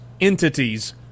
entities